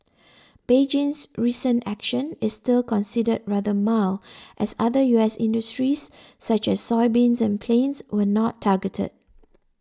Beijing's recent action is still considered rather mild as other U S industries such as soybeans and planes were not targeted